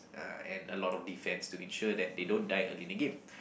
uh and a lot of defence to ensure that they don't die early in the game